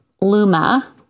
Luma